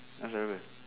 asal apa